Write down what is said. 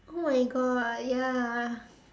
oh my god ya